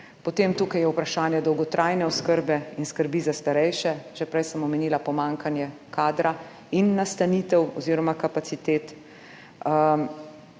Potem je tukaj vprašanje dolgotrajne oskrbe in skrbi za starejše. Že prej sem omenila pomanjkanje kadra in nastanitev oziroma kapacitet.